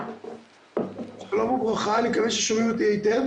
שלום וברכה, בחודשיים האחרונים